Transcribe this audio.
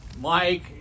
Mike